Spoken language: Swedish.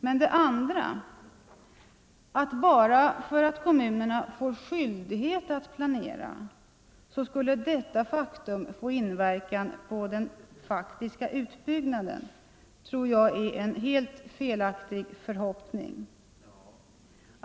Men det andra, att bara för att kommunerna får skyldighet att planera så skulle detta faktum få inverkan på den faktiska utbyggnaden, tror jag är en helt felaktig förhoppning.